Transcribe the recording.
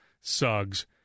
Suggs